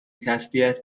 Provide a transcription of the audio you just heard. تسلیت